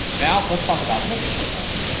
now, let's talk about making profiles.